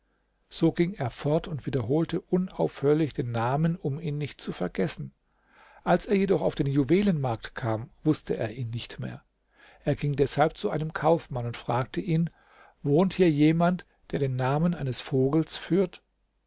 so ging er fort und wiederholte unaufhörlich den namen um ihn nicht zu vergessen als er jedoch auf den juwelenmarkt kam wußte er ihn nicht mehr er ging deshalb zu einem kaufmann und fragte ihn wohnt hier jemand der den namen eines vogels führt